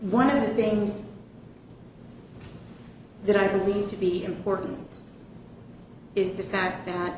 one of the things that i believe to be important is the fact that